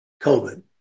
COVID